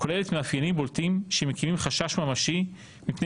כוללת מאפיינים בולטים שמקימים חשש ממשי מפני